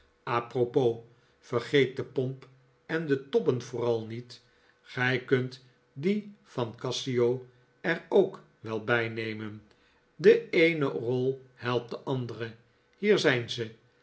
vergeet de pomp en de tobben vooral niet gij kunt die van cassio er ook wel bij nemen de eene rol helpt de andere hier zijn ze